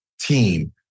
team